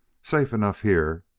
safe enough here.